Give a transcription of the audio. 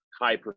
high